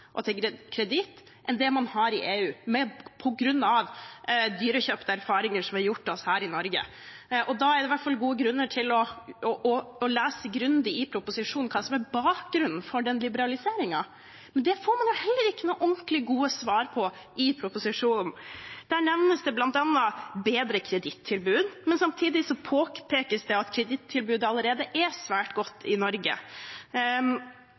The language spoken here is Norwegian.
og kreditt enn det man har i EU, på grunn av dyrekjøpte erfaringer vi har gjort oss her i Norge. Da er det i hvert fall gode grunner til å lese grundig i proposisjonen hva som er bakgrunnen for den liberaliseringen, men det får man heller ikke noen ordentlige gode svar på i proposisjonen. Der nevnes det bl.a. bedre kredittilbud, men samtidig påpekes det at kredittilbudet allerede er svært